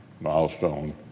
milestone